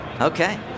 Okay